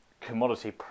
commodity